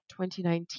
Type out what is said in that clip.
2019